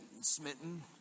smitten